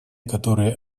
которое